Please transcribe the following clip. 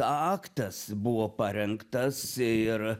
aktas buvo parengtas ir